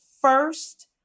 first